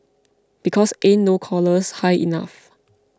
because ain't no collars high enough